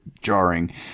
jarring